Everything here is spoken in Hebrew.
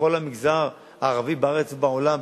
בכל המגזר הערבי בארץ ובעולם,